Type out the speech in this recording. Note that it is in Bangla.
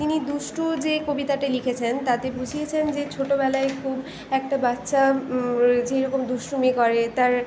তিনি দুষ্টু যে কবিতাটি লিখেছেন তাতে বুঝিয়েছেন যে ছোটবেলায় খুব একটা বাচ্চা যেরকম দুষ্টুমি করে তার